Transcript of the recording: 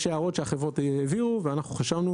יש הערות שהחברות העבירו ואנחנו חשבנו